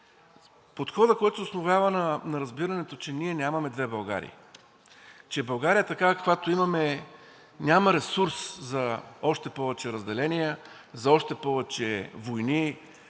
Подходът, който се основава на разбирането, че ние нямаме две Българии. Че България, такава каквато я имаме, няма ресурс за още повече разделения, за още повече войни